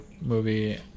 movie